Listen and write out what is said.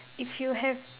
if you have